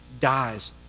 dies